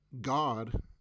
God